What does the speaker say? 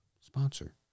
sponsor